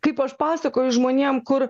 kaip aš pasakoju žmonėm kur